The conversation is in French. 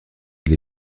elle